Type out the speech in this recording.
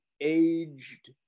aged